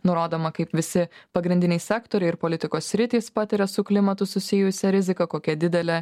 nurodoma kaip visi pagrindiniai sektoriai ir politikos sritys patiria su klimatu susijusią riziką kokia didelė